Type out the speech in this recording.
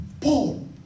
Paul